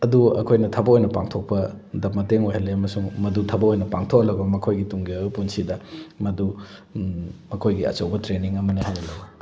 ꯑꯗꯨ ꯑꯩꯈꯣꯏꯅ ꯊꯕꯛ ꯑꯣꯏꯅ ꯄꯥꯡꯊꯣꯛꯄꯗ ꯃꯇꯦꯡ ꯑꯣꯏꯍꯜꯂꯤ ꯑꯃꯁꯨꯡ ꯃꯗꯨ ꯊꯕꯛ ꯑꯣꯏꯅ ꯄꯥꯡꯊꯣꯛꯍꯜꯂꯕ ꯃꯈꯣꯏꯒꯤ ꯇꯨꯡꯒꯤ ꯑꯣꯏꯕ ꯄꯨꯟꯁꯤꯗ ꯃꯗꯨ ꯃꯈꯣꯏꯒꯤ ꯑꯆꯧꯕ ꯇ꯭ꯔꯦꯅꯤꯡ ꯑꯃꯅꯤ ꯍꯥꯏꯅ ꯂꯧꯋꯤ